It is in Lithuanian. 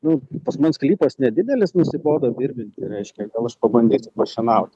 nu pas mus sklypas nedidelis nusibodo birbinti reiškia pabandysiu pašienauti